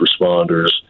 responders